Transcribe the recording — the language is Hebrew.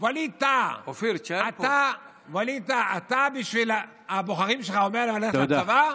ווליד טאהא, אתה אומר לבוחרים שלך ללכת לצבא?